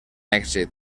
èxit